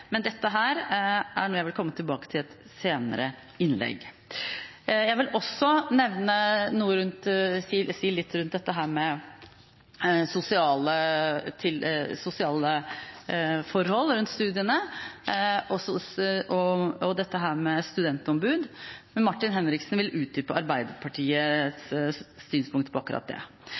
men dette er noe jeg vil komme tilbake til i et senere innlegg. Jeg vil også si litt om sosiale forhold rundt studiene og studentombud, men Martin Henriksen vil utdype Arbeiderpartiets synspunkt på akkurat det.